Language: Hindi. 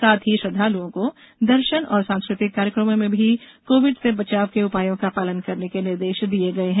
साथ ही श्रद्वालुओं को दर्शन और सांस्कृतिक कार्यक्रमों में भी कोविड से बचाव के उपायों का पालन करने के निर्देश दिये गये हैं